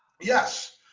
Yes